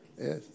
Yes